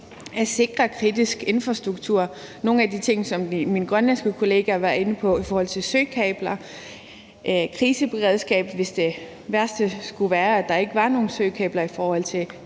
at sikre kritisk infrastruktur, nogle af de ting, som min grønlandske kollega var inde på i forhold til søkabler, og kriseberedskab, hvis det værste skulle ske, altså at der ikke var nogen søkabler i forhold til